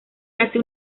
hace